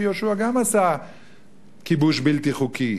שיהושע גם עשה כיבוש בלתי חוקי.